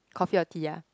coffee or tea ah